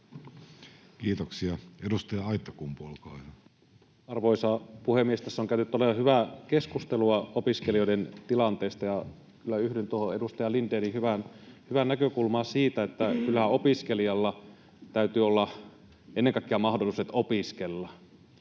Kiitoksia. — Edustaja Aittakumpu, olkaa hyvä. Arvoisa puhemies! Tässä on käyty todella hyvää keskustelua opiskelijoiden tilanteesta, ja yhdyn kyllä tuohon edustaja Lindénin hyvään näkökulmaan siitä, että kyllähän opiskelijalla täytyy olla ennen kaikkea mahdollisuudet opiskella.